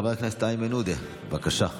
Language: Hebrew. חבר הכנסת איימן עודה, בבקשה.